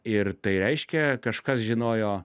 ir tai reiškia kažkas žinojo